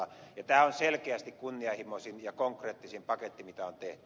tämä on selkeästi kunnianhimoisin ja konkreettisin paketti mitä on tehty